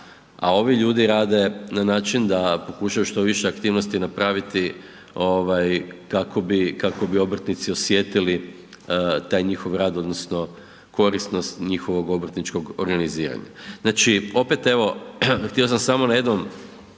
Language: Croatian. a ovi ljudi rade na način da pokušaju što više aktivnosti napraviti kako bi obrtnici osjetili taj njihov rad odnosno korisnost njihovog obrtničkog organiziranja. Znači opet evo, htio sam samo na jednom